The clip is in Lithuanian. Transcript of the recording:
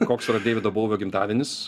koks yra deivido bouvio gimtadienis